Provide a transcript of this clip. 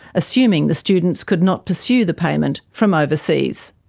assuming the students could not pursue the payment from overseas.